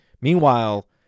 Meanwhile